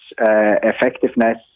effectiveness